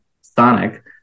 Sonic